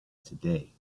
today